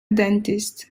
dentist